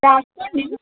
రాసుకోండి